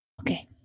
Okay